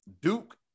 Duke